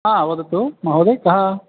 आ वदतु महोदय कः